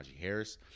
Harris